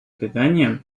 питания